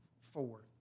four